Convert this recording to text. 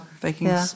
baking